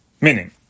Meaning